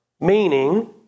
meaning